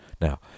Now